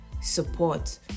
support